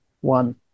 one